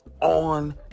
on